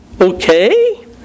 Okay